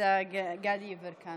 דסטה גדי יברקן,